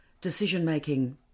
decision-making